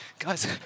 Guys